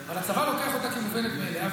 אבל הצבא לוקח אותה כמובנת מאליה,